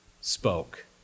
spoke